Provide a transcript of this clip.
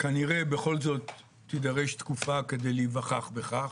כנראה בכל זאת תידרש תקופה כדי להיווכח בכך.